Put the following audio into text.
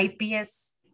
IPS